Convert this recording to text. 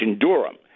Durham